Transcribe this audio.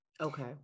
Okay